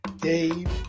Dave